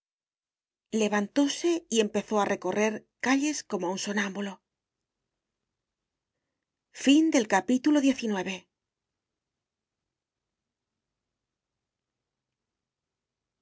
levantóse y empezó a recorrer calles como un sonámbulo